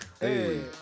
Hey